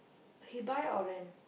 he buy or rent